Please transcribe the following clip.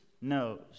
knows